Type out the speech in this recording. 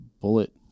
bullet